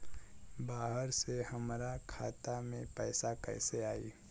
बाहर से हमरा खाता में पैसा कैसे आई?